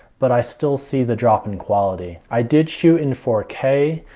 but i still see the drop in quality. i did shoot in four k.